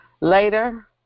later